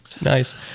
Nice